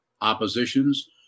oppositions